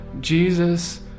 Jesus